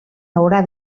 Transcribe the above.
haurà